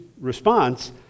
response